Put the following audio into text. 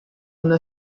una